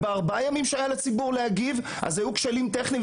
בארבעה הימים שהיה לציבור זמן להגיב היו כשלים טכניים,